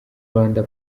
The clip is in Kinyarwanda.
rwanda